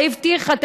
והבטיחה,